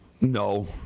No